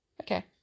Okay